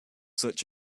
such